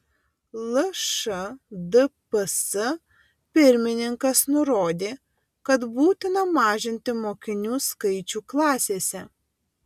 lšdps pirmininkas nurodė kad būtina mažinti mokinių skaičių klasėse